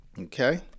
Okay